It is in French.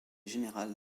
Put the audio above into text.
général